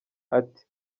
ati